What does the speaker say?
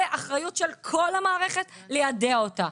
זה אחריות של כל המערכת ליידע אותה.